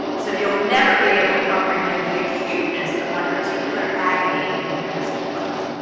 so you'll never be able to comprehend the acuteness of my particular agony in chemistry class.